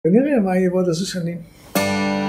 ונראה מה יהיה בעוד עשר שנים.